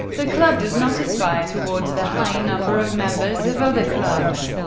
the club does not aspire towards the high number of members of other clubs.